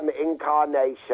incarnation